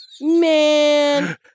Man